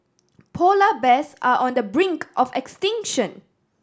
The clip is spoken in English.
polar bears are on the brink of extinction